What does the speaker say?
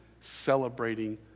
celebrating